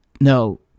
No